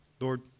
Lord